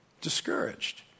Discouraged